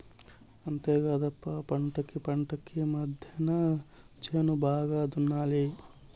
అంతేకాదప్ప పంటకీ పంటకీ మద్దెన చేను బాగా దున్నాలి